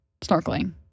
snorkeling